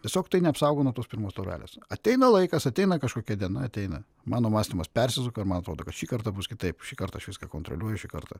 tiesiog tai neapsaugo nuo tos pirmos taurelės ateina laikas ateina kažkokia diena ateina mano mąstymas persisuka ir man atrodo kad šį kartą bus kitaip šįkart aš viską kontroliuoju šį kartą